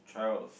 try all the food